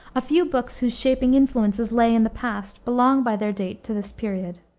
a few books whose shaping influences lay in the past belong by their date to this period.